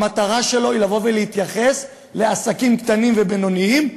המטרה שלו היא לבוא ולהתייחס לעסקים קטנים ובינוניים,